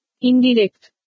Indirect